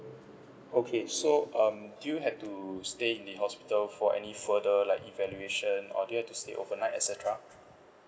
okay so um did you had to stay in the hospital for any further like evaluation or did you had to stay overnight et cetera